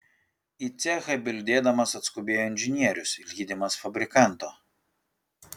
į cechą bildėdamas atskubėjo inžinierius lydimas fabrikanto